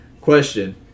Question